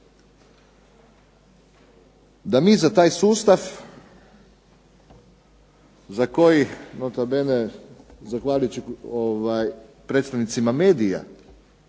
da mi za taj sustav za koji nota bene zahvaljujući predstavnicima medija